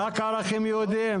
רק ערכים יהודיים?